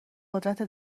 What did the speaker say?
قدرت